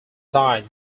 died